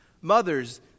Mothers